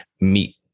meet